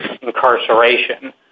incarceration